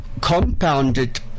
compounded